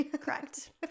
Correct